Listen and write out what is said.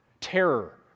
Terror